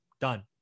done